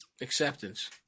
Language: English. Acceptance